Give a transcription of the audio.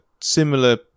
similar